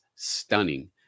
stunning